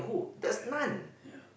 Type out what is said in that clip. correct ya